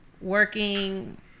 working